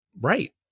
right